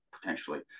potentially